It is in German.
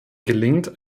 gelingt